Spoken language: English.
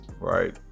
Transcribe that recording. right